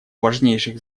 важнейших